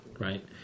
Right